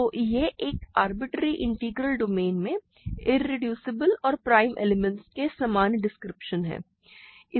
तो यह एक आरबिटरेरी इंटीग्रल डोमेन में इरेड्यूसिबल और प्राइम एलिमेंट्स का सामान्य डिस्क्रिप्शन है